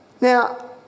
Now